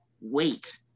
wait